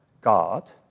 God